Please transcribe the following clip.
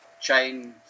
chain